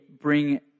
bring